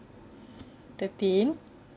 thirteen